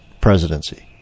presidency